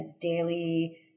daily